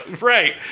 right